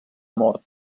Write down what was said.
mort